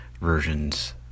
versions